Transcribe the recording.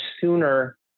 sooner